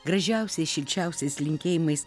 gražiausiais šilčiausiais linkėjimais